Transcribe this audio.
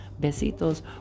Besitos